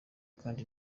kandi